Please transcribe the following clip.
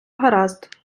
гаразд